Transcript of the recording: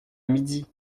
midi